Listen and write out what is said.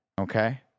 okay